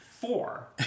four